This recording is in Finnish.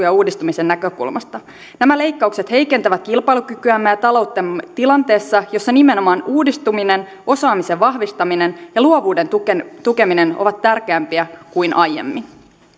ja uudistumisen näkökulmasta nämä leikkaukset heikentävät kilpailukykyämme ja talouttamme tilanteessa jossa nimenomaan uudistuminen osaamisen vahvistaminen ja luovuuden tukeminen tukeminen ovat tärkeämpiä kuin aiemmin